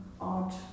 art